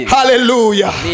Hallelujah